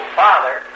father